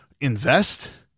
invest